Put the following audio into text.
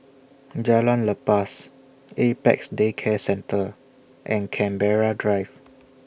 Jalan Lepas Apex Day Care Centre and Canberra Drive